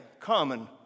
common